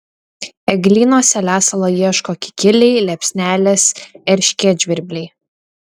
eglynuose lesalo ieško kikiliai liepsnelės erškėtžvirbliai